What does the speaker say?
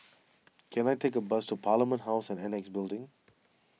can I take a bus to Parliament House and Annexe Building